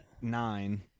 nine